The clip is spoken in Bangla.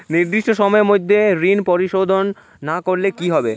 নির্দিষ্ট সময়ে মধ্যে ঋণ পরিশোধ না করলে কি হবে?